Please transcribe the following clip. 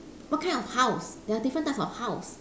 what kind of house there are different types of house